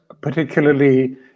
particularly